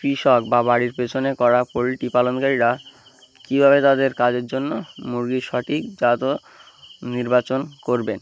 কৃষক বা বাড়ির পেছনে করা পোলট্রি পালনকারীরা কীভাবে তাদের কাজের জন্য মুরগির সঠিক জাত ও নির্বাচন করবেন